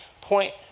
point